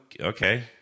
okay